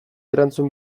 erantzun